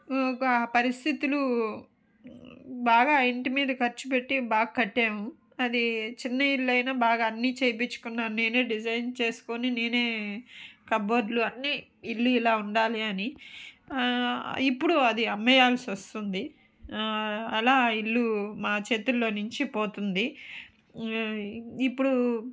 ఇగ పరిస్థితులు బాగా ఇంటి మీద ఖర్చు పెట్టి బా కట్టాము అది చిన్న ఇల్లైనా బాగా అన్నీ చేపించుకున్నాను నేనే డిజైన్స్ చేసుకొని నేనే కబోర్డులు అన్నీ ఇల్లు ఇలా ఉండాలి అని ఇప్పుడు అది అమ్మేయాల్సి వస్తుంది అలా ఇల్లు మా చేతుల్లో నుంచి పోతుంది ఇప్పుడు